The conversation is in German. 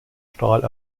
stahl